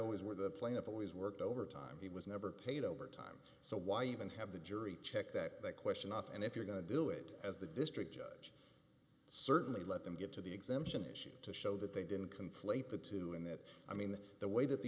always where the plaintiff always worked overtime he was never paid overtime so why even have the jury check that question off and if you're going to do it as the district judge certainly let them get to the exemption issue to show that they didn't conflate the two in that i mean that the way that the